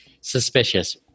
Suspicious